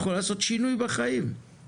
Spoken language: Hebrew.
יכול לעשות שינוי בחיים,